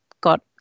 got